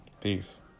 Peace